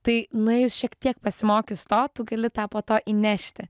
tai nuėjus šiek tiek pasimokius to tu gali tą po to įnešti